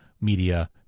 media